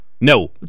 No